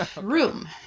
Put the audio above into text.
room